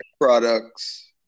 products